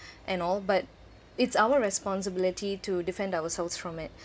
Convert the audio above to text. and all but it's our responsibility to defend ourselves from it